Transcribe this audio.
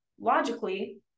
logically